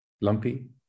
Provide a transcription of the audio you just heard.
lumpy